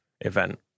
event